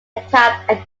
attacked